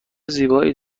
زیبایی